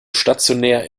stationär